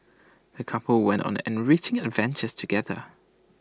the couple went on an enriching adventure together